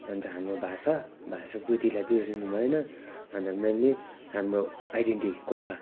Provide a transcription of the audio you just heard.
अन्त हाम्रो भाषा भाषा कृतिलाई बिर्सिनु भएन अन्त मेन्ली हाम्रो आइडेन्टी गोर्खा